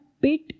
bit